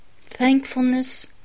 Thankfulness